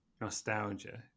nostalgia